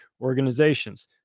organizations